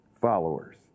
followers